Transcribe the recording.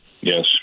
Yes